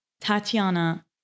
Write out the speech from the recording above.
Tatiana